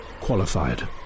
qualified